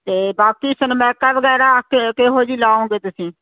ਤੇ ਬਾਕੀ ਸਰਮੈਕਾ ਵਗੈਰਾ ਕਿਹੋ ਜਿਹੀ ਲੋਉਗੇ ਤੁਸੀਂ